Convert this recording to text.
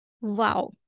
wow